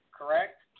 correct